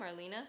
Marlena